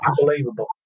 unbelievable